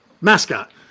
mascot